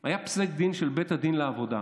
היה פסק דין של בית הדין לעבודה,